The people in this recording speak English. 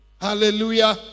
Hallelujah